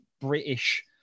British